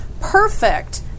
Perfect